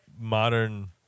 modern